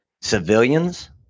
civilians